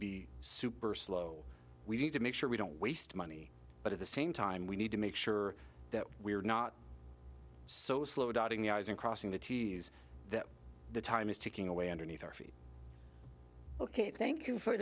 be super slow we need to make sure we don't waste money but at the same time we need to make sure that we are not so slow dotting the i's and crossing the t s that the time is ticking away underneath our feet ok thank you for